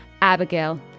Abigail